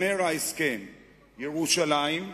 אומר ההסכם: "ירושלים,